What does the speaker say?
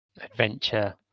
adventure